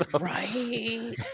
right